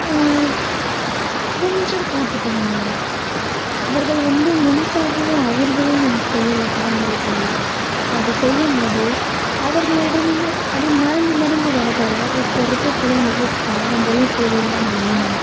கொஞ்சம் பார்த்துட்ருந்தாங்க அவர்கள் வந்து முழுசாகவோ அவர்களும் வந்து செய்யலை பாரம்பரிய தொழிலை அப்படி செய்யும்போது அவர்களிட்ருந்து அப்டி மறைஞ்சி மறைஞ்சி வரதால் இப்போது இருக்க பிள்ளைங்களுக்கு பாரம்பரிய தொழில்னால் என்ன